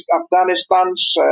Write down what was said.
Afghanistan's